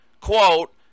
quote